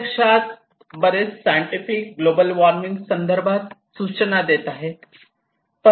प्रत्यक्षात बरेच scientist global warming संदर्भात सूचना देत आहेत